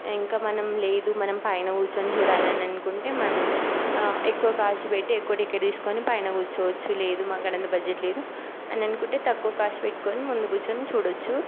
ఇంక మనం లేదు మనం పైన కూర్చుని చూడాలననుకుంటే మనం ఎక్కువ కాస్ట్ పెట్టి ఎక్కువ టికెట్ తీస్కుని మనం పైన కూర్చోవచ్చు లేదు మనకాడ అంత బడ్జెట్ లేదు అననుకుంటే తక్కువ కాస్ట్ పెట్టుకుని ముందు కుర్చోని చూడచ్చు